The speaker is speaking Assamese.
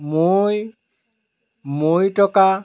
মৈ মৈ তকা